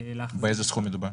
באיזה סכום מדובר?